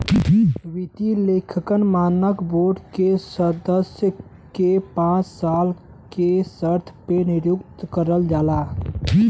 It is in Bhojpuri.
वित्तीय लेखांकन मानक बोर्ड के सदस्य के पांच साल के शर्त पे नियुक्त करल जाला